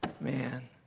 man